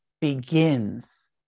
begins